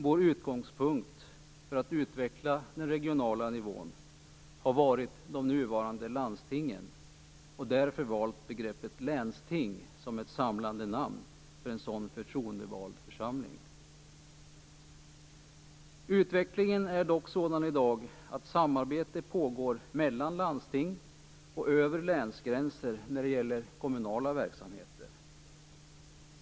Vår utgångspunkt för att utveckla den regionala nivån har varit de nuvarande landstingen. Vi har därför valt begreppet länsting som ett samlande namn för en sådan förtroendevald församling. Utvecklingen är dock sådan i dag att samarbete pågår mellan landsting och över länsgränser när det gäller kommunala verksamheter.